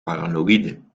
paranoïde